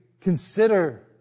consider